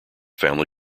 family